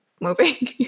moving